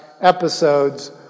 episodes